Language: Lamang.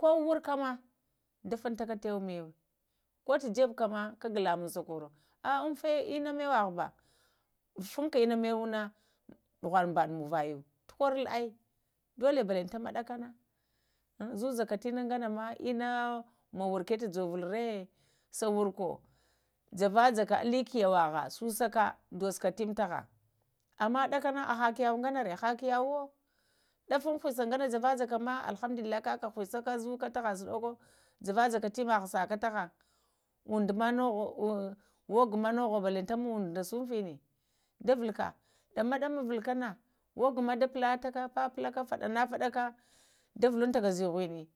ko wurka ma da funtaka təwe məwu ko tu jebuka ma kaga lamuŋm sakoro əl unfa ina məwane na fuŋka ina mawahana, ɗuhan baɗa muŋvayo tu korol əu dola ɓatantanema ɗakana ŋzazaka təna ŋganama ina maŋ wurkə da jovulrə sa wurko java-jaka ləkeyawaləa susaka duzoka tənd tahang amma ɗakana haha kiyawo ganavə ha kiyawoho ɗafun kusa ŋgana java-jaka ma alhamdulillah ka ləusəka zəka ta'a su ɗoko, java-vajaka təɓnaha səka taha ondo maho, oga ina noho balantanama ondo da sunfini da vuluka, ɗama-ɗama vulukana, ogo da pultaka, papulaka faɗana faɗa da vuluntaka tu zənənə